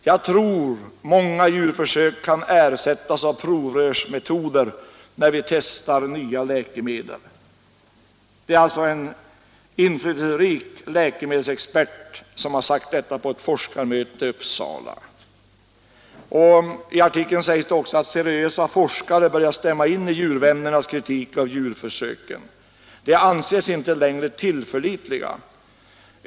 Jag tror många djurförsök kan ersättas av provrörsmetoder när vi testar nya läkemedel.” I artikeln sägs också att seriösa forskare börjar instämma i djurvännernas kritik av djurförsöken. De anses inte längre tillförlitliga.